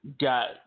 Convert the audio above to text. got